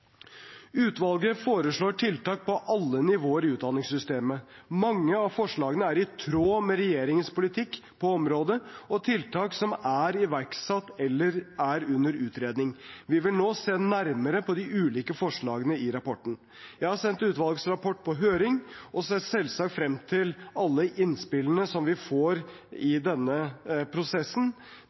Utvalget foreslår tiltak på alle nivåer i utdanningssystemet. Mange av forslagene er i tråd med regjeringens politikk på området og tiltak som er iverksatt eller under utredning. Vi vil nå se nærmere på de ulike forslagene i rapporten. Jeg har sendt utvalgets rapport på høring og ser selvsagt frem til alle innspillene som vi får i denne prosessen.